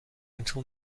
until